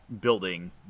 building